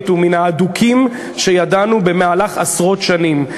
הוא מן ההדוקים שידענו במהלך עשרות שנים.